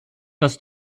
dass